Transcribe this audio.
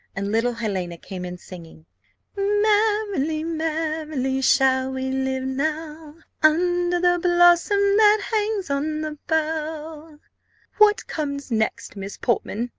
and little helena came in singing merrily, merrily shall we live now, under the blossom that hangs on the bough what comes next, miss portman?